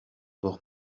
туох